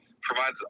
provides